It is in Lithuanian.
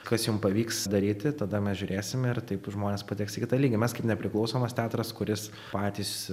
kas jum pavyks daryti tada mes žiūrėsime ar taip žmonės pateks į kitą lygą mes kaip nepriklausomas teatras kuris patys